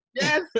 Yes